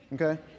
okay